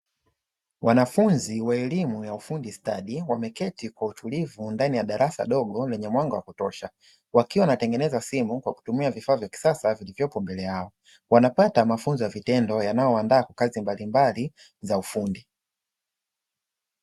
Wanafunzi wa elimu ya ufundi stadi wameketi kwa utulivu ndani ya darasa dogo lenye mwanga wa kutosha, wakiwa wanatengeneza simu kutumia vifaa vya kisasa vilivyoko mbele yao. Wanapata mafunzo ya vitendo yanayowaandaa kwa kazi mbalimbali za ufundi.